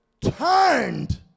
turned